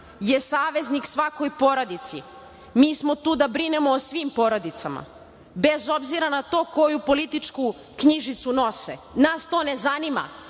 saveznik svakoj porodici. Mi smo tu da brinemo o svim porodicama, bez obzira na to koju političku knjižicu nose. Nas to ne zanima.